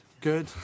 good